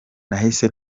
nahise